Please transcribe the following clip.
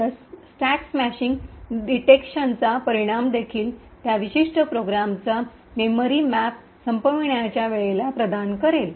तर stack smashing डिटेक्शनचा परिणाम देखील त्या विशिष्ट प्रोग्रामचा मेमरी मॅप संपण्याच्या वेळेला प्रदान करेल